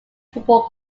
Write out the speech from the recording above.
football